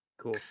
cool